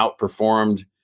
outperformed